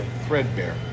threadbare